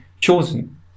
chosen